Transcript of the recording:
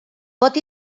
pot